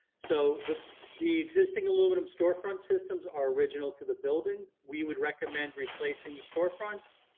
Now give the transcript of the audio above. so the the existing aluminum storefront systems are original to the building, we would recommend replacing the storefronts,